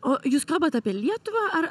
o jūs kalbat apie lietuvą ar